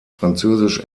französisch